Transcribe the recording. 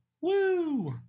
Woo